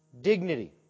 dignity